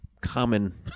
common